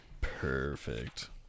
Perfect